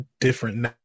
different